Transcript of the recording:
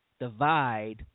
divide